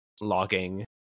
logging